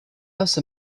also